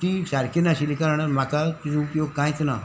ती सारकी नाशिल्ली कारणान म्हाका तिजो उपयोग कांयच ना